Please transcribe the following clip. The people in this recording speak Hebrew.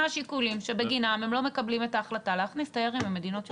השיקולים שבגינם הם לא מקבלים את ההחלטה להכניס אתרים ממדינות ירוקות.